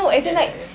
get like uh